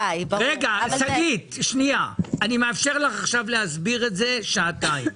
אני מאפשר לך עכשיו להסביר את זה שעתיים.